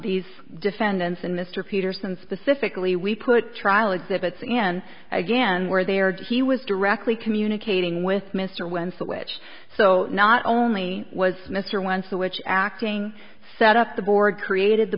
these defendants and mr peterson specifically we put trial exhibits and again we're there to he was directly communicating with mr winslow which so not only was mr once the which acting set up the board created the